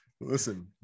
Listen